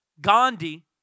gandhi